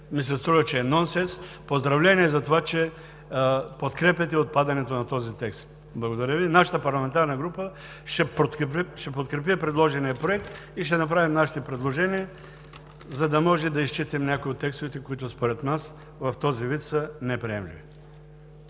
ми се струва, че е нонсенс. Поздравления за това, че подкрепяте отпадането на този текст. Благодаря Ви. Нашата парламентарна група ще подкрепи предложения Проект и ще направим нашите предложения, за да може да изчистим някои от текстовете, които според нас в този вид са неприемливи.